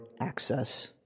access